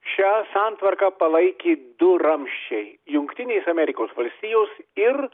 šią santvarką palaikė du ramsčiai jungtinės amerikos valstijos ir